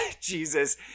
Jesus